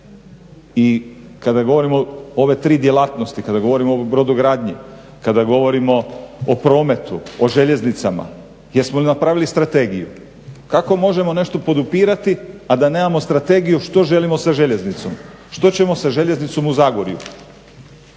i kada govorimo o ove tri djelatnosti, kada govorimo o brodogradnji, kada govorimo o prometu, o željeznicama jesmo li napravili strategiju? Kako možemo nešto podupirati a da nemamo strategiju što želimo sa željeznicom, što ćemo sa željeznicom u Zagorju?